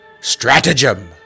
stratagem